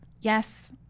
yes